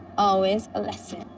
always a lesson.